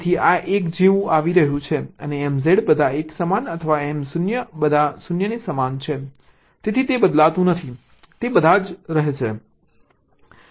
તેથી આ 1 1 જે આવી રહ્યું છે અને MZ બધા 1 સમાન અથવા Mo બધા 0 સમાન છે તેથી તે બદલાતું નથી તે બધા જ રહે છે